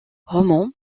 roman